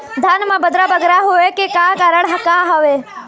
धान म बदरा बगरा होय के का कारण का हवए?